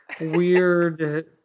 weird